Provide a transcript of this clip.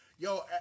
Yo